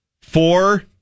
Four